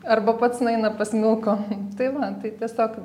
arba pats nueina pasmilko tai va tai tiesiog